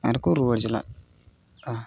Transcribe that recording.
ᱟᱨ ᱠᱚ ᱨᱩᱣᱟᱹᱲ ᱪᱟᱞᱟᱜ ᱟ